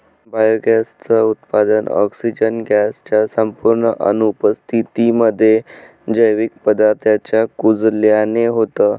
biogas च उत्पादन, oxygen gas च्या संपूर्ण अनुपस्थितीमध्ये, जैविक पदार्थांच्या कुजल्याने होतं